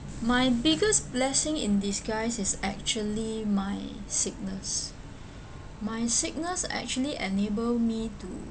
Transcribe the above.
my biggest blessing in disguise is actually my sickness my sickness actually enable me to